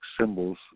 symbols